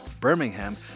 Birmingham